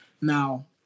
Now